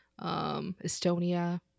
Estonia